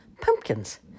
pumpkins